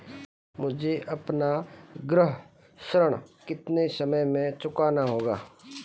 मुझे अपना गृह ऋण कितने समय में चुकाना होगा?